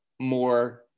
more